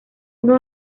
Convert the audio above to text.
uno